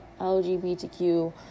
lgbtq